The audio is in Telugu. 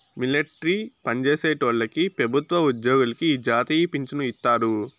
మిలట్రీ పన్జేసేటోల్లకి పెబుత్వ ఉజ్జోగులకి ఈ జాతీయ పించను ఇత్తారు